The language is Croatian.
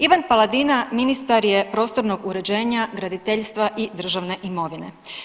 Ivan Paladina ministar je prostornog uređenja, graditeljstva i državne imovine.